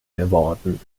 geworden